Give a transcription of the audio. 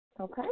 Okay